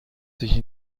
sich